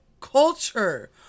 culture